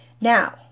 Now